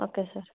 okay sir